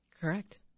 Correct